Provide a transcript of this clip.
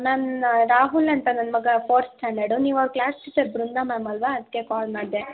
ನನ್ನ ರಾಹುಲ್ ಅಂತ ನನ್ನ ಮಗ ಫೋರ್ತ್ ಸ್ಟ್ಯಾಂಡಡು ನೀವು ಅವ್ರ ಕ್ಲಾಸ್ ಟೀಚರ್ ಬೃಂದಾ ಮ್ಯಾಮ್ ಆಲ್ವಾ ಅದಕ್ಕೆ ಕಾಲ್ ಮಾಡಿದೆ